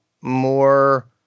more